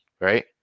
right